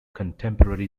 contemporary